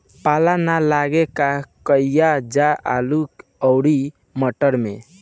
पाला न लागे का कयिल जा आलू औरी मटर मैं?